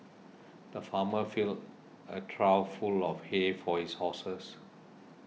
the farmer filled a trough full of hay for his horses